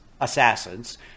assassins